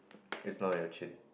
it's not on your chin